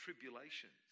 tribulations